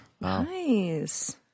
nice